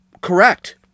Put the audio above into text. correct